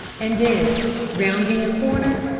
and then rounding a corner,